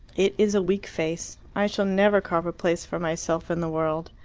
it is a weak face. i shall never carve a place for myself in the world.